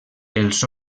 els